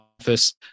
office